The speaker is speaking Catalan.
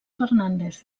fernández